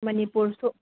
ꯃꯅꯤꯄꯨꯔꯁꯨ